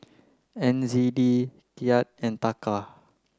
N Z D Kyat and Taka